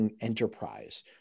enterprise